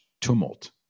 tumult